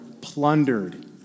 plundered